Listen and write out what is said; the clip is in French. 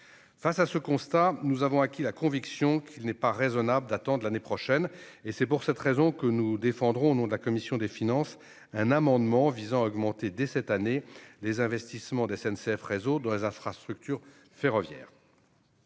Face à ce constat, nous avons acquis la conviction qu'il n'est pas raisonnable d'attendre l'année prochaine. C'est pour cette raison que nous défendons, au nom de la commission des finances, un amendement visant à augmenter dès cette année les investissements de SNCF Réseau dans les infrastructures ferroviaires.